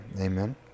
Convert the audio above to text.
Amen